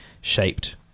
shaped